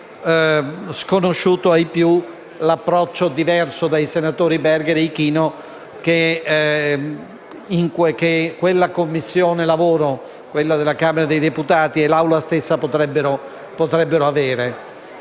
non è sconosciuto ai più l'approccio diverso dai senatori Berger e Ichino che la Commissione lavoro della Camera dei deputati e l'Assemblea stessa potrebbero avere.